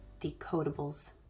decodables